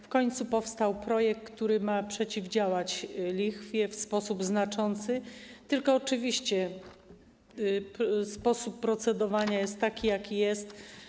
W końcu powstał projekt, który ma przeciwdziałać lichwie w sposób znaczący, tylko oczywiście sposób procedowania jest taki, jaki jest.